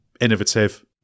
innovative